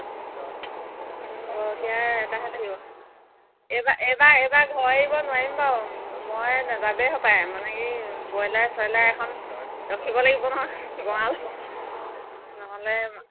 এটাহে লাগিব এইবাৰ এইবাৰ এইবাৰ ঘৰ এৰিব নোৱাৰিম বাৰু মই যাবেই মানে কি ব্ৰইলাৰ চইলাৰ এখন ৰখিব লাগিব নহয় নহ'লে